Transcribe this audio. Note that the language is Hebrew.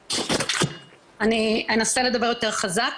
אני אנסה לדבר יותר חזק.